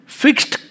fixed